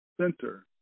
Center